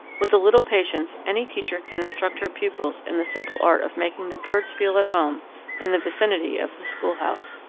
with a little patience any teacher can instruct her pupils in the simple art of making the birds feel at home in the vicinity of the schoolhouse.